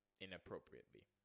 inappropriately